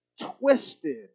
twisted